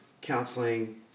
counseling